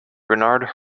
bernard